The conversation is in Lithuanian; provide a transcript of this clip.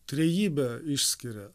trejybę išskiria